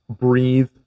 breathe